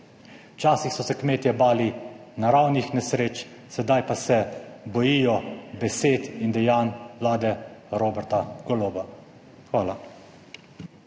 včasih so se kmetje bali naravnih nesreč, sedaj pa se bojijo besed in dejanj Vlade Roberta Goloba. Hvala.